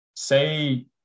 Say